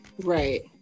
right